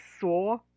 saw